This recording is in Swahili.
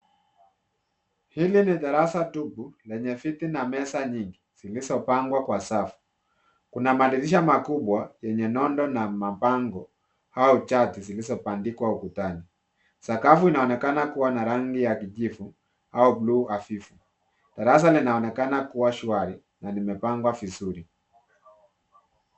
"Hili ni darasa tupu lenye viti na meza nyingi zilizopangwa kwa safu. Kuna madirisha makubwa yenye nodo na mabango au chati zilizobandikwa ukutani. Sakafu inaonekana kuwa na rangi ya kijivu au bluu hafifu. Darasa linaonekana kuwa shwari na limepangwa vizuri."